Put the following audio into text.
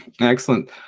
Excellent